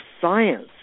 science